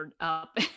up